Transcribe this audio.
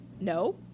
No